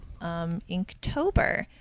inktober